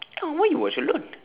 ya why you watch alone